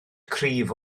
cryf